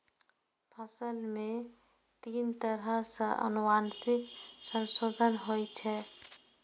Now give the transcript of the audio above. फसल मे तीन तरह सं आनुवंशिक संशोधन होइ छै